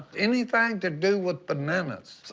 anything to do with bananas.